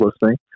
listening